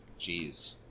Jeez